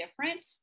different